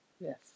yes